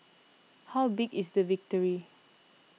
how big is the victory